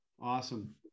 awesome